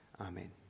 Amen